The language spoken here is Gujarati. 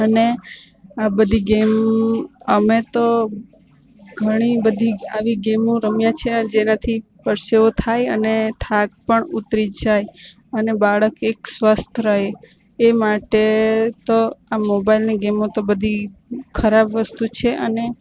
અને આ બધી ગેમ અમે તો ઘણી બધી આવી ગેમો રમ્યા છીએ જેનાથી પરસેવો થાય અને થાક પણ ઉતરી જાય અને બાળક એક સ્વસ્થ રહે એ માટે તો આ મોબાઈલની ગેમો તો બધી ખરાબ વસ્તુ છે અને